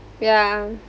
yeah